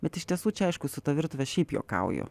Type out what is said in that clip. bet iš tiesų čia aišku su ta virtuve šiaip juokauju